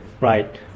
right